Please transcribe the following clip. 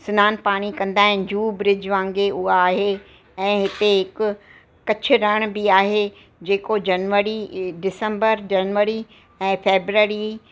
सनानु पाणी कंदा आहिनि जू ब्रिज वांगुरु उहा आहे ऐं हिते हिक कच्छ रण बि आहे जेको जनवरी डिसम्बर जनवरी ऐं फेबररी